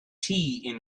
tea